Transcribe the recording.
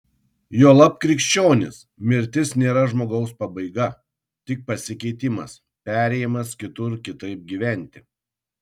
juolab krikščionys mirtis nėra žmogaus pabaiga tik pasikeitimas perėjimas kitur kitaip gyventi